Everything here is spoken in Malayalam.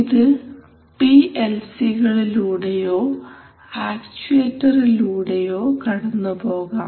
ഇത് പി എൽ സി കളിലൂടെയോ ആക്ചുവെറ്ററിലൂടെയോ കടന്നുപോകാം